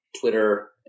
Twitter